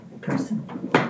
person